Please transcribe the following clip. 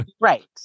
Right